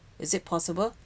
is it possible